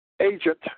agent